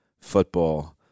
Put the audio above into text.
football